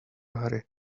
hurry